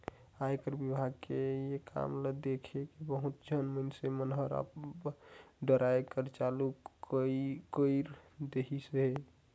आयकर विभाग के ये काम ल देखके बहुत झन मइनसे मन हर अब डराय बर चालू कइर देहिन हे